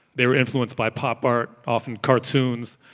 they were influenced by pop art, often cartoons.